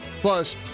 Plus